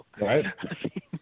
Right